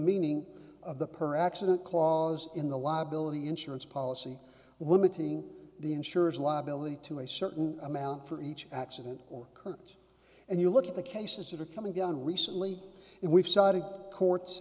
meaning of the per accident clause in the liability insurance policy women team the insurers liability to a certain amount for each accident or curtains and you look at the cases that are coming down recently and we've